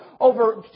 over